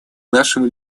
нашим